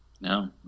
No